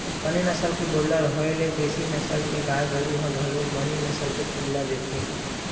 बने नसल के गोल्लर होय ले देसी नसल के गाय गरु ह घलोक बने नसल के पिला देथे